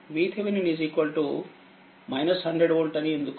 VThevenin 100వోల్ట్అనిఎందుకు